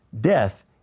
death